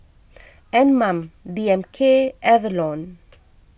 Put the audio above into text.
Anmum D M K Avalon